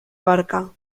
barca